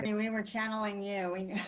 anyway, we're channeling you